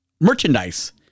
merchandise